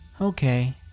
Okay